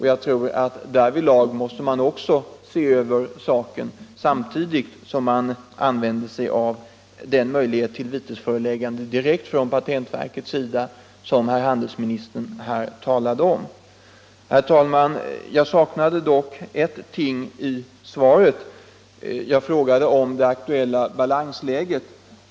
Jag tror att man även därvidlag måste göra en översyn samtidigt som man använder sig av det vitesföreläggande direkt från patentverket, som herr handelsministern talade om. Herr talman! Jag saknade en uppgift i svaret. Jag frågade om det aktuella balansläget.